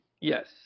yes